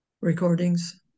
recordings